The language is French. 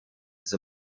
the